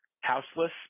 houseless